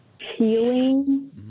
healing